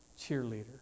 cheerleader